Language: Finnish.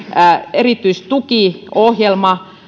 erityistukiohjelman